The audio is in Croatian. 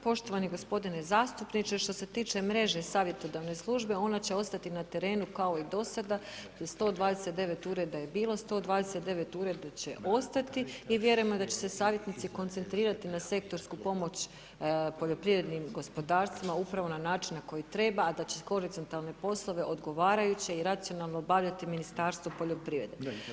Poštovani gospodine zastupniče što se tiče mreže savjetodavne službe ona će ostati na terenu kao i do sada sa 129 ureda je bilo, 129 ureda će ostati i vjerujemo da će se savjetnici koncentrirati na sektorsku pomoć poljoprivrednim gospodarstvima upravo na način na koji treba, a da će horizontalne poslove odgovarajuće i racionalno obavljati Ministarstvo poljoprivrede.